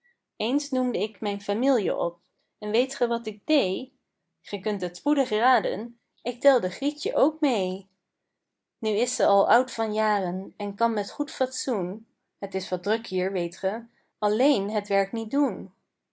eens noemde ik mijn famielje op en weet ge wat ik dee ge kunt het spoedig raden ik telde grietje ook meê nu is ze al oud van jaren en kan met goed fatsoen het is wat druk hier weet ge alleen het werk niet doen